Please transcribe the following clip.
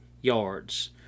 yards